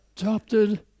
adopted